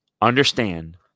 understand